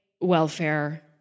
welfare